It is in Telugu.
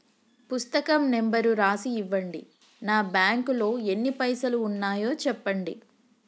పుస్తకం నెంబరు రాసి ఇవ్వండి? నా బ్యాంకు లో ఎన్ని పైసలు ఉన్నాయో చెప్పండి?